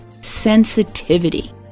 sensitivity